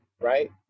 right